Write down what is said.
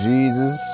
Jesus